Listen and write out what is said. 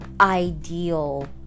ideal